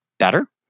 better